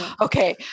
Okay